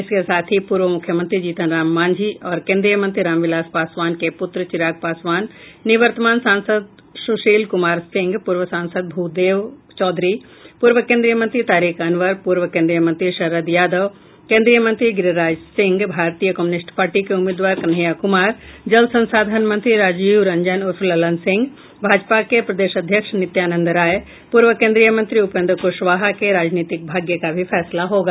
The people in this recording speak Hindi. इसके साथ ही पूर्व मुख्यमंत्री जीतनराम मांझी और केंद्रीय मंत्री रामविलास पासवान के पुत्र चिराग पासवान निवर्तमान सांसद सुशील कुमार सिंह पूर्व सांसद भूदेव चौधरी पूर्व केंद्रीय मंत्री तारिक अनवर पूर्व केंद्रीय मंत्री शरद यादव केन्द्रीय मंत्री गिरिराज सिंह भारतीय कम्युनिस्ट पार्टी के उम्मीदवार कन्हैया कुमार जल संसाधन मंत्री राजीव रंजन उर्फ ललन सिंह भाजपा के प्रदेश अध्यक्ष नित्यानंद राय पूर्व केन्द्रीय मंत्री उपेन्द्र कुशवाहा के राजनीतिक भाग्य का भी फैसला होगा